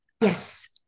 Yes